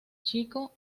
chico